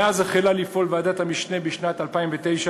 מאז החלה ועדת המשנה לפעול בשנת 2009,